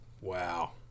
Wow